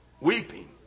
weeping